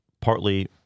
partly